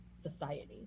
society